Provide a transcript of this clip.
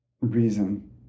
Reason